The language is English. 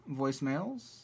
voicemails